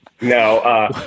No